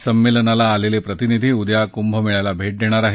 संमेलनाला आलेले प्रतिनिधी उद्या कुंभमेळ्याला भेट देणार आहेत